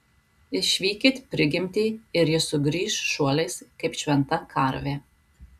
išvykit prigimtį ir ji sugrįš šuoliais kaip šventa karvė